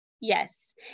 Yes